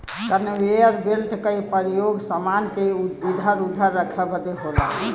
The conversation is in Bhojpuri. कन्वेयर बेल्ट क परयोग समान के इधर उधर रखे बदे होला